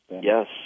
Yes